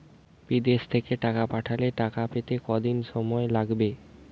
বিদেশ থেকে টাকা পাঠালে টাকা পেতে কদিন সময় লাগবে?